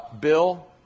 Bill